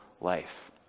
life